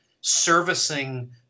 servicing